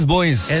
Boys